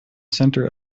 center